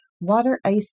water-ice